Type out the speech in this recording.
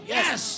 Yes